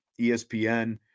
ESPN